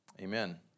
Amen